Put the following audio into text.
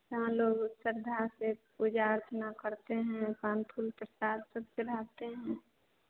जहाँ लोग श्रद्धा से पूजा अर्चना करते हैं पान फूल चट्टा सब चढ़ाते हैं